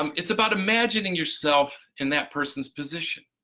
um it's about imagining yourself in that person's position,